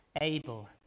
able